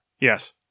Yes